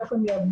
איך הם יעבדו.